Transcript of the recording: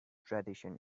tradition